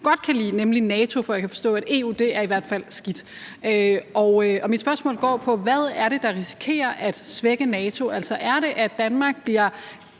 godt kan lide, nemlig NATO, for jeg kan forstå, at EU i hvert fald er skidt. Mit spørgsmål er: Hvad er det, der risikerer at svække NATO? Er det, at Danmark måske